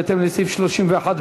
בהתאם לסעיף 31(ב)